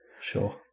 Sure